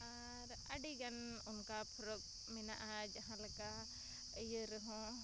ᱟᱨ ᱟᱹᱰᱤᱜᱟᱱ ᱚᱱᱠᱟ ᱯᱚᱨᱚᱵᱽ ᱢᱮᱱᱟᱜᱼᱟ ᱡᱟᱦᱟᱸᱞᱮᱠᱟ ᱤᱭᱟᱹᱨᱮᱦᱚᱸ